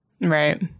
Right